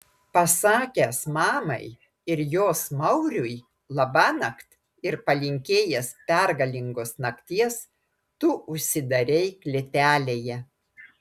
pasakęs mamai ir jos mauriui labanakt ir palinkėjęs pergalingos nakties tu užsidarei klėtelėje